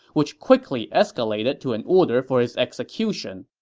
which quickly escalated to an order for his execution.